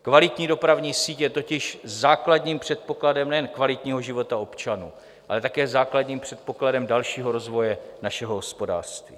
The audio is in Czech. Kvalitní dopravní síť je totiž základním předpokladem nejen kvalitního života občanů, ale také základním předpokladem dalšího rozvoje našeho hospodářství.